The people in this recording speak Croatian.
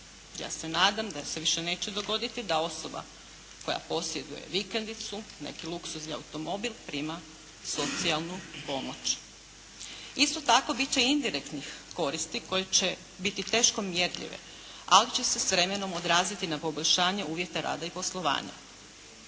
ja se nadam da se više neće dogoditi da osoba koja posjeduje vikendicu, neki luksuzni automobil prima socijalnu pomoć. Isto tako bit će i indirektnih koristi koje će biti teško mjerljive, ali će se s vremenom odraziti na poboljšanje uvjeta rada i poslovanja.